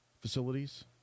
facilities